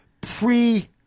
pre-